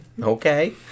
Okay